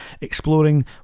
Exploring